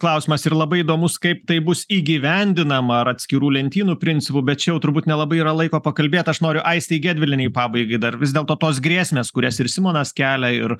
klausimas ir labai įdomus kaip tai bus įgyvendinama ar atskirų lentynų principu bet čia jau turbūt nelabai yra laiko pakalbėt aš noriu aistei gedvilienei pabaigai dar vis dėlto tos grėsmės kurias ir simonas kelia ir